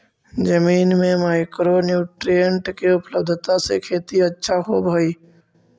जमीन में micro nutrient के उपलब्धता से खेती अच्छा होब हई